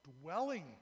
dwelling